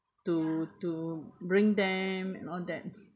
to to bring them and all that